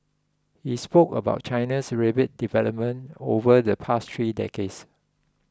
he spoke about China's rapid development over the past three decades